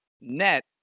net